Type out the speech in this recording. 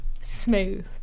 Smooth